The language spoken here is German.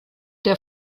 der